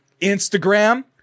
Instagram